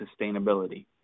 Sustainability